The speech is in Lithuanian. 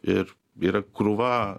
ir yra krūva